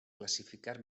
classificar